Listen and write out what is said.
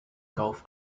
golf